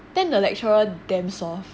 then the lecturer damn soft